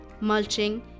mulching